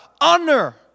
honor